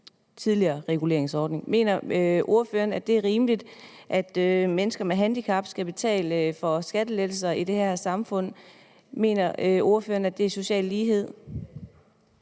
tidligere reguleringsordning. Mener ordføreren, at det er rimeligt, at mennesker med handicap skal betale for skattelettelser i det her samfund? Mener ordføreren, at det er social lighed?